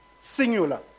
Singular